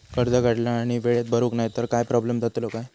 कर्ज काढला आणि वेळेत भरुक नाय तर काय प्रोब्लेम जातलो काय?